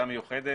מיוחדת.